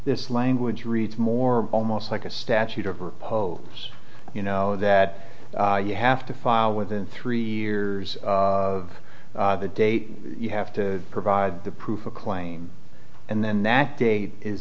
this language reads more almost like a statute of repose you know that you have to file within three years of the date you have to provide the proof a claim and then that date is